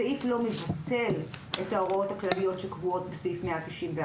הסעיף לא מבטל את ההוראות הכלליות שקבועות בסעיף 191,